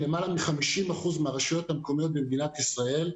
למעלה מ-50% מהרשויות המקומיות במדינת ישראל,